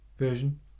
version